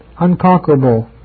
unconquerable